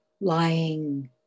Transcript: lying